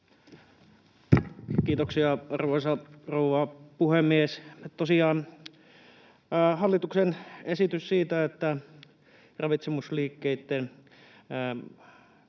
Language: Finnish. Kiitoksia, arvoisa rouva puhemies! Tosiaan käsittelyssä on hallituksen esitys siitä, että ravitsemusliikkeitten